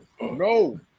no